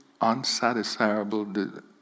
unsatisfiable